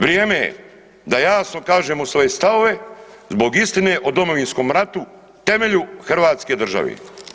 Vrijeme je da jasno kažemo svoje stavove zbog istine o Domovinskom ratu, temelju hrvatske države.